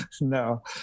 No